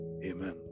Amen